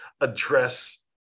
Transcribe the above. address